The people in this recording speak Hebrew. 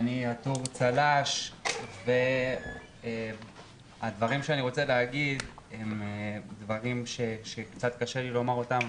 אני עטור צל"ש והדברים שאני רוצה להגיד הם דברים שקצת קשה לי לומר אותם,